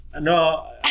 no